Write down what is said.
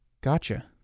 Gotcha